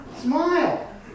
smile